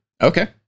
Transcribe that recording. Okay